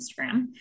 Instagram